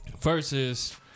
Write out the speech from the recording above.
versus